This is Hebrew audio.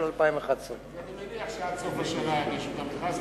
2011. אני מניח שעד סוף השנה יגישו את המכרז,